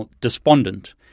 despondent